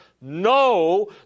No